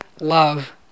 love